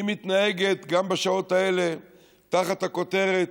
היא מתנהגת גם בשעות האלה תחת הכותרת,